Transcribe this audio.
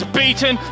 beaten